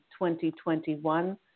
2021